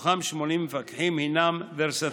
מהם 80 מפקחים הם ורסטיליים.